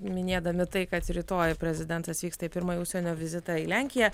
minėdami tai kad rytoj prezidentas vyksta į pirmąjį užsienio vizitą į lenkiją